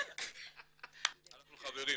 אנחנו חברים.